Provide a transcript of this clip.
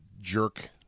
jerk